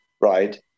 right